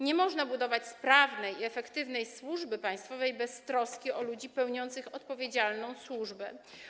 Nie można budować sprawnej i efektywnej służby państwowej bez troski o ludzi pełniących odpowiedzialną służbę.